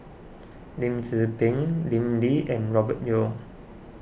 Lim Tze Peng Lim Lee and Robert Yeo